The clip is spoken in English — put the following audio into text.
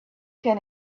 can